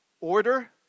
order